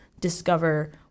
discover